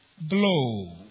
blow